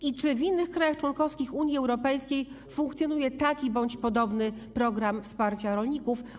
I czy w innych krajach członkowskich Unii Europejskiej funkcjonuje taki bądź podobny program wsparcia rolników?